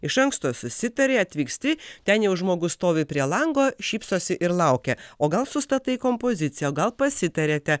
iš anksto susitari atvyksti ten jau žmogus stovi prie lango šypsosi ir laukia o gal sustatai kompoziciją o gal pasitariate